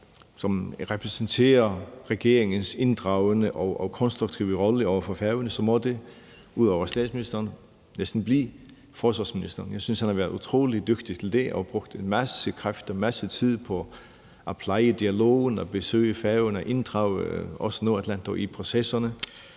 som repræsenterer regeringens inddragende og konstruktive rolle over for Færøerne, må det ud over statsministeren næsten blive forsvarsministeren. Jeg synes, han har været utrolig dygtig til det og brugt en masse kræfter og en masse tid på at pleje dialogen, besøge Færøerne og inddrage os nordatlanter i processerne.